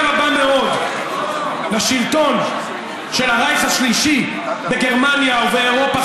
רבה מאוד לשלטון של הרייך השלישי בגרמניה ובאירופה.